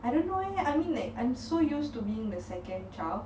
I don't know eh I mean like I'm so used to being the second child